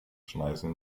schneisen